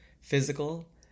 physical